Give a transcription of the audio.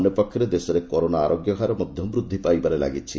ଅନ୍ୟ ପକ୍ଷରେ ଦେଶରେ କରୋନା ଆରୋଗ୍ୟ ହାର ମଧ୍ୟ ବୃଦ୍ଧି ପାଇବାରେ ଲାଗିଛି